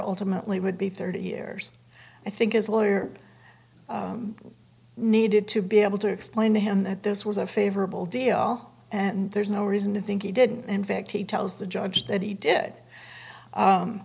ultimately would be thirty years i think his lawyer needed to be able to explain to him that this was a favorable deal and there's no reason to think he did in fact he tells the judge that he did